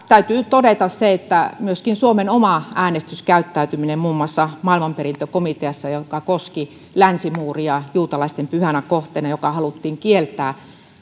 täytyy todeta se että myöskään suomen oma äänestyskäyttäytyminen muun muassa maailmanperintökomiteassa joka koski länsimuuria juutalaisten pyhänä kohteena joka haluttiin kieltää